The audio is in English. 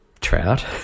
Trout